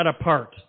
apart